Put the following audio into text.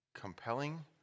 compelling